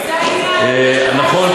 נכון,